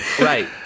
right